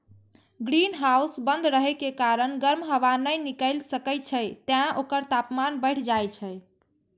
greenhouse बंद रहै के कारण गर्म हवा नै निकलि सकै छै, तें ओकर तापमान बढ़ि जाइ छै